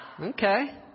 Okay